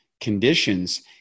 conditions